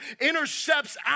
intercepts